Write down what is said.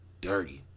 dirty